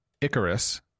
Icarus